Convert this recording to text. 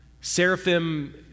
Seraphim